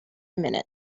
minute